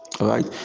right